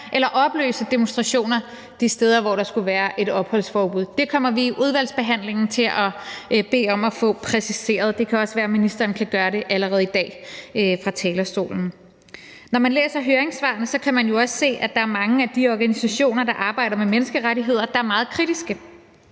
eller opløse demonstrationer de steder, hvor der skulle være et opholdsforbud. Det kommer vi i udvalgsbehandlingen til at bede om at få præciseret. Det kan også være, at ministeren kan gøre det allerede i dag fra talerstolen. Når man læser høringssvarene, kan man jo også se, at der er mange af de organisationer, der arbejder med menneskerettigheder, som er meget kritiske.